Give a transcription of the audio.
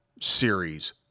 series